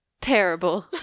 terrible